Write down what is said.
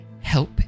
help